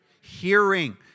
Hearing